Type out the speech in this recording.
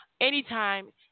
anytime